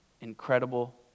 Incredible